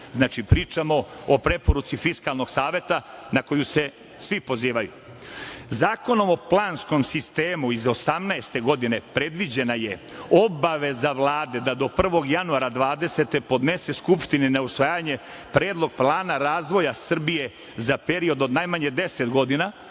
Znači, pričamo o preporuci Fiskalnog saveta, na koju se svi pozivaju. Zakonom o planskom sistemu iz 2018. godine predviđena je obaveza Vlade da do 1. januara 2020. godine podnese Skupštini na usvajanje predlog Plana razvoja Srbije za period od najmanje 10 godina,